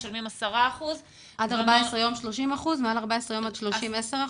הם משלמים 10% --- עד 14 יום 30%. מעל 14 יום עד 30 יום - 10%,